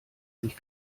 sich